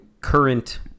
current